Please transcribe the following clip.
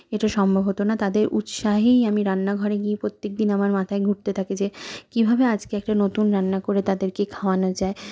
এটা সম্ভব হতো না তাদের উৎসাহেই আমি রান্নাঘরে গিয়ে প্রত্যেক দিন আমার মাথায় ঘুরতে থাকে যে কীভাবে আজকে একটা নতুন রান্না করে তাদেরকে খাওয়ানো যায়